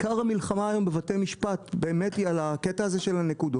עיקר המלחמה היום בבתי המשפט היא באמת על הקטע של הנקודות.